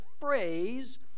phrase